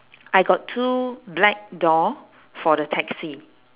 I got two black door for the taxi